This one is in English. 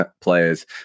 players